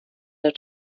der